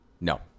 No